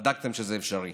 בדקתם שזה אפשרי,